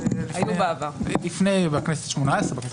היה בכנסת ה-18.